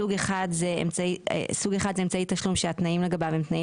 סוג אחד זה אמצעי תשלום שהתנאים לגביו הם תנאים